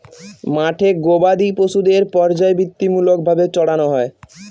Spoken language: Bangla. মাঠে গোবাদি পশুদের পর্যায়বৃত্তিমূলক ভাবে চড়ানো হয়